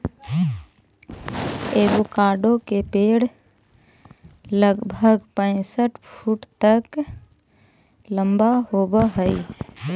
avocado के पेड़ लगभग पैंसठ फुट तक लंबा होब हई